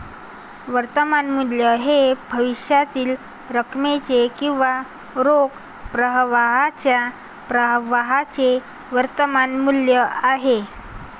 वर्तमान मूल्य हे भविष्यातील रकमेचे किंवा रोख प्रवाहाच्या प्रवाहाचे वर्तमान मूल्य आहे